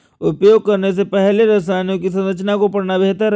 उपयोग करने से पहले रसायनों की संरचना को पढ़ना बेहतर है